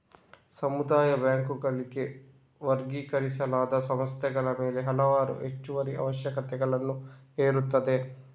ಸಮುದಾಯ ಬ್ಯಾಂಕುಗಳಾಗಿ ವರ್ಗೀಕರಿಸಲಾದ ಸಂಸ್ಥೆಗಳ ಮೇಲೆ ಹಲವಾರು ಹೆಚ್ಚುವರಿ ಅವಶ್ಯಕತೆಗಳನ್ನು ಹೇರುತ್ತದೆ